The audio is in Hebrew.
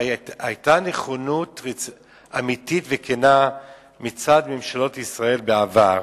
היתה נכונות אמיתית וכנה מצד ממשלות ישראל בעבר.